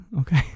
Okay